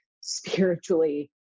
spiritually